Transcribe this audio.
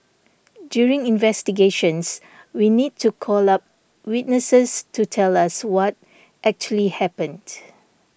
during investigations we need to call up witnesses to tell us what actually happened